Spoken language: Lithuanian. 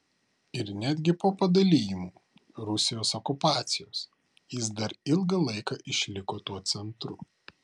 ir netgi po padalijimų rusijos okupacijos jis dar ilgą laiką išliko tuo centru